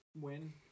win